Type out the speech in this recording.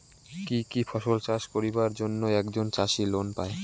কি কি ফসল চাষ করিবার জন্যে একজন চাষী লোন পায়?